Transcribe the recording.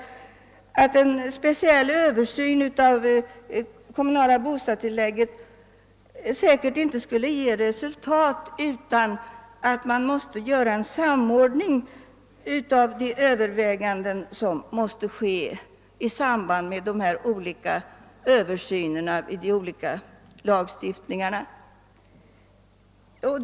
En speciell översyn av de kommunala bostadstilläggen skulle därför säkerligen inte ge något resultat med mindre än att en samordning komme till stånd med de lagstiftningsförslag som dessa utredningar kan komma att framlägga.